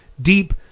deep